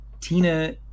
Tina